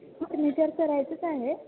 furniture करायचंच आहे